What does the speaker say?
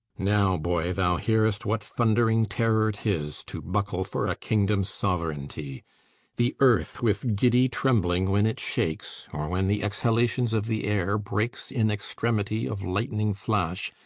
now, boy, thou hearest what thundering terror tis, to buckle for a kingdom's sovereignty the earth, with giddy trembling when it shakes, or when the exhalations of the air breaks in extremity of lightning flash,